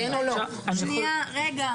אני עורכת דין יערה יפרח,